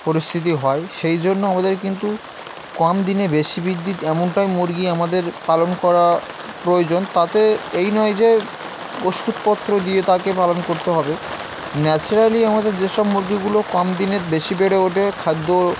পরিস্থিতি হয় সেই জন্য আমাদের কিন্তু কম দিনে বেশি বৃদ্ধি এমনটাই মুরগি আমাদের পালন করা প্রয়োজন তাতে এই নয় যে ওষুধপত্র দিয়ে তাকে পালন করতে হবে ন্যাচারালি আমাদের যেসব মুরগিগুলো কম দিনের বেশি বেড়ে ওঠে খাদ্য